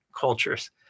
cultures